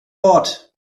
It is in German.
bord